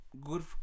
Good